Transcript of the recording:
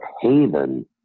haven